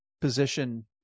position